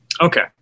Okay